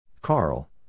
Carl